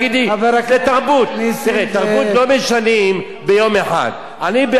בתרבות הערבית יש קצת בעיה מבחינת העניין של,